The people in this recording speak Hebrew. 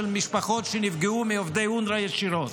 משפחות שנפגעו מעובדי אונר"א ישירות,